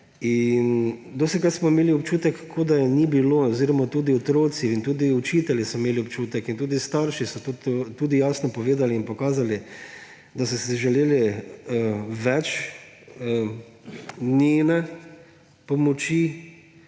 Dostikrat smo imeli občutek, kot da ni bilo … Oziroma tudi otroci in tudi učitelji so imeli občutek in tudi starši so tudi jasno povedali in pokazali, da so si želeli več njene pomoči,